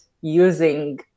using